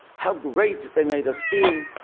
how great they made us feel,